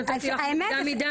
אפרת, שנתתי לך מוקדם מידי?